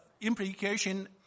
implication